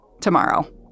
tomorrow